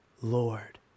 Lord